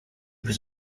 was